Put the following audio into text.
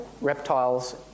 reptiles